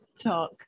talk